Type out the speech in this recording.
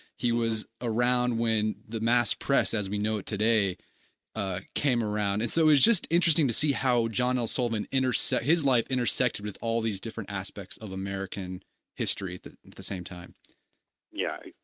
he was around when the mass press as we know it today ah came around. and so, it was just interesting to see how john l. sullivan intersected his life intersected with all these different aspects of american history at the the same time yeah